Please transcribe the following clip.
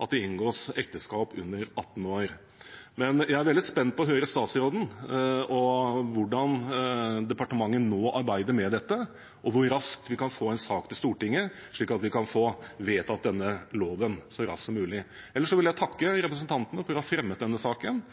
at det inngås ekteskap av personer under 18 år. Jeg er veldig spent på å høre fra statsråden hvordan departementet nå arbeider med dette, og hvor raskt vi kan få en sak til Stortinget, slik at vi kan få vedtatt denne loven så raskt som mulig. Ellers vil jeg takke representantene som har fremmet denne saken.